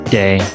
day